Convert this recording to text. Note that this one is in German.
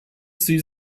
sie